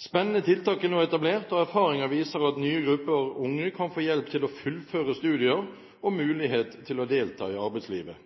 Spennende tiltak er nå etablert, og erfaringer viser at nye grupper unge kan få hjelp til å fullføre studier og mulighet til å delta i arbeidslivet.